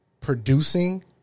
producing